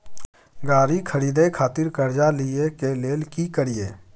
गाड़ी खरीदे खातिर कर्जा लिए के लेल की करिए?